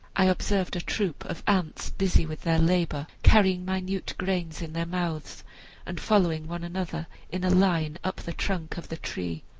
i observed a troop of ants busy with their labor, carrying minute grains in their mouths and following one another in a line up the trunk of the tree.